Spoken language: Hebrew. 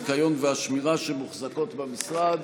של חברות הניקיון והשמירה שמוחזקות במשרד.